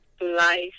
life